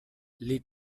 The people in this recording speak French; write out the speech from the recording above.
les